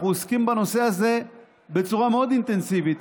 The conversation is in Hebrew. אנחנו עוסקים בנושא הזה בצורה מאוד אינטנסיבית.